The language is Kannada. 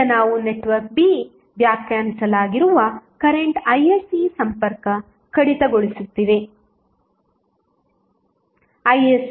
ಈಗ ನಾವು ನೆಟ್ವರ್ಕ್ b ವ್ಯಾಖ್ಯಾನಿಸಲಾಗಿರುವ ಕರೆಂಟ್ isc ಸಂಪರ್ಕ ಕಡಿತಗೊಳಿಸುತ್ತೇವೆ